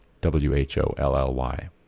w-h-o-l-l-y